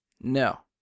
no